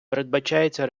передбачається